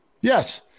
yes